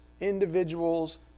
individual's